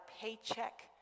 paycheck